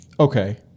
Okay